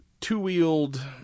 two-wheeled